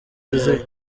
yuzuye